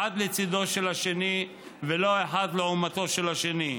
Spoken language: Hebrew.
אחד לצידו של השני ולא אחד לעומתו של השני.